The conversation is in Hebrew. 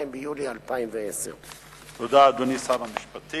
22 ביולי 2010. תודה, אדוני שר המשפטים.